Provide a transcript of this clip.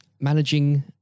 managing